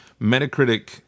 Metacritic